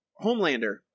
homelander